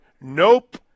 Nope